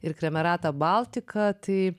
ir kremerata baltica tai